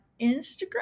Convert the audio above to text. Instagram